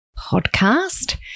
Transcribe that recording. podcast